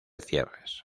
cierres